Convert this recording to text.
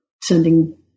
sending